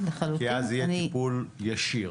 כי אז יהיה טיפול ישיר.